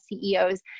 CEOs